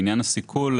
לעניין הסיכול,